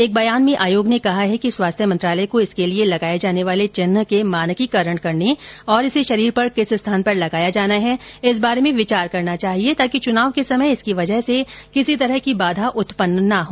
एक बयान में आयोग ने कहा है कि स्वास्थ्य मंत्रालय को इसके लिए लगाए जाने वाले चिन्ह के मानकीकरण करने और इसे शरीर पर किस स्थान पर लगाया जाना है इस बारे में विचार करना चाहिए ताकि चुनाव के समय इसकी वजह से किसी तरह की बाधा उत्पन्न न हो